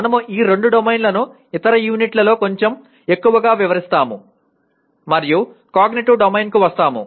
మనము ఈ రెండు డొమైన్లను ఇతర యూనిట్లలో కొంచెం ఎక్కువగా వివరిస్తాము మరియు కాగ్నిటివ్ డొమైన్కు వస్తాము